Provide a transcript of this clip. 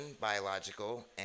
biological